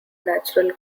natural